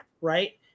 right